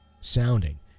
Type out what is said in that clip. sounding